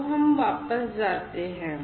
तो हम वापस जाते है